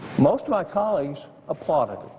most of my colleagues applauded